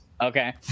Okay